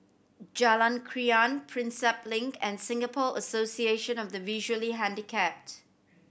Jalan Krian Prinsep Link and Singapore Association of the Visually Handicapped